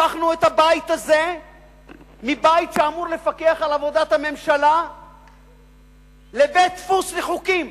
הפכנו את הבית הזה מבית שאמור לפקח על עבודת הממשלה לבית-דפוס לחוקים.